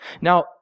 Now